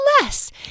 less